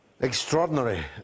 Extraordinary